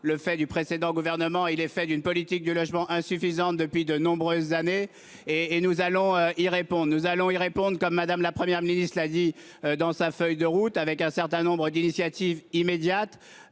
le fait du précédent gouvernement et l'effet d'une politique du logement insuffisantes depuis de nombreuses années et et nous allons-y répond nous allons-y répondre comme madame, la Première ministre, il a dit dans sa feuille de route avec un certain nombre d'initiatives immédiates,